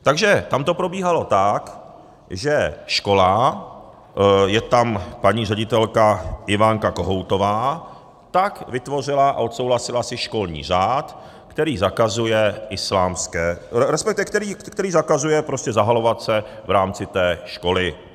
Takže tam to probíhalo tak, že škola je tam paní ředitelka Ivanka Kohoutová vytvořila a odsouhlasila si školní řád, který zakazuje islámské respektive, který zakazuje prostě zahalovat se v rámci té školy.